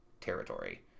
territory